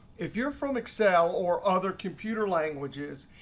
if you're from excel or other computer languages,